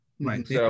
Right